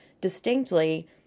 distinctly